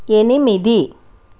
ఎనిమిది